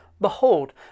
Behold